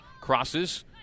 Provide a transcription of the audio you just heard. crosses